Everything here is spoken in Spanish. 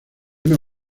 una